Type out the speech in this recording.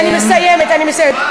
אני מסיימת, אני מסיימת.